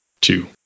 two